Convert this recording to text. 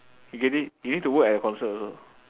you get it you need to work at the concert also